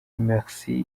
mercy